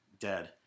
dead